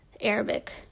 Arabic